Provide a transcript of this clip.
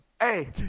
hey